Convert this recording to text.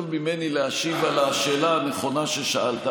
ממני להשיב על השאלה הנכונה ששאלת,